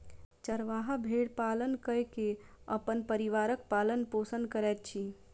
चरवाहा भेड़ पालन कय के अपन परिवारक पालन पोषण करैत अछि